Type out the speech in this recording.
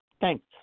Thanks